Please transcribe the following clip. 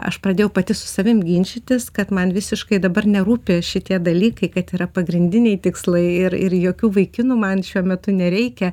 aš pradėjau pati su savim ginčytis kad man visiškai dabar nerūpi šitie dalykai kad yra pagrindiniai tikslai ir ir jokių vaikinų man šiuo metu nereikia